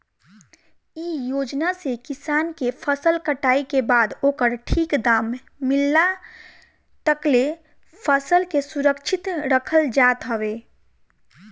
इ योजना से किसान के फसल कटाई के बाद ओकर ठीक दाम मिलला तकले फसल के सुरक्षित रखल जात हवे